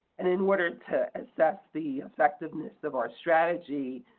and in order to assess the effectiveness of our strategy,